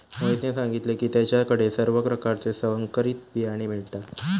मोहितने सांगितले की त्याच्या कडे सर्व प्रकारचे संकरित बियाणे मिळतात